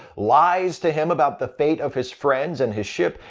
lies to him about the fate of his friends and his ship,